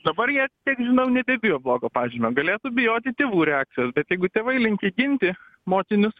dabar jie kiek žinau nebebijo blogo pažymio galėtų bijoti tėvų reakcijos bet jeigu tėvai linkę ginti mokinius